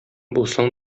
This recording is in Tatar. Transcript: булсаң